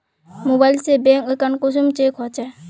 Mobile से bank account कुंसम check होचे?